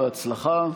בהצלחה.